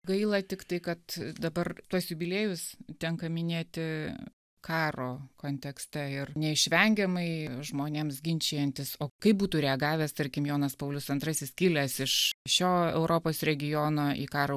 gaila tiktai kad dabar tuos jubiliejus tenka minėti karo kontekste ir neišvengiamai žmonėms ginčijantis o kaip būtų reagavęs tarkim jonas paulius antrasis kilęs iš šio europos regiono į karą